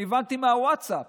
אני הבנתי מהווטסאפ